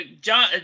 John